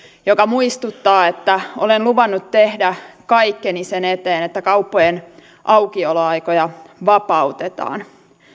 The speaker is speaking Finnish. joka muistuttaa että olen luvannut tehdä kaikkeni sen eteen että kauppojen aukioloaikoja vapautetaan